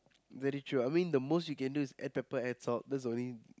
very true I mean the most you can do is add pepper add salt that's the only